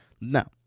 Now